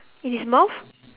in his mouth